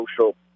social